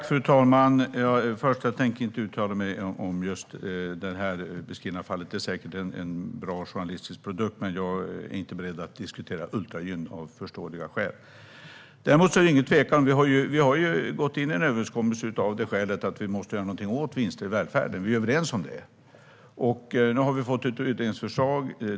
Fru talman! Jag tänker inte uttala mig om just det fall som beskrivs. Det är säkert en bra journalistisk produkt, men jag är av förståeliga skäl inte beredd att diskutera Ultragyn. Däremot är det ingen tvekan om att vi har gått in i en överenskommelse, och det har vi gjort av det skälet att vi måste göra någonting åt vinsterna i välfärden. Vi är överens om detta. Nu har vi fått ett utredningsförslag.